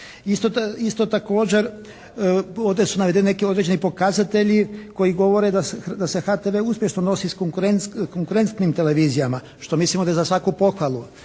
Isto također ovdje su navedeni neki određeni pokazatelji koji govore da se HTV uspješno nosi s konkurentnim televizijama što mislimo da je za svaku pohvalu.